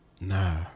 Nah